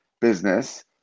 business